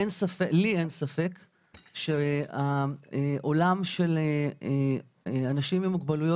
לי אין ספק שהעולם של אנשים עם מוגבלויות